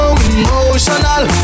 emotional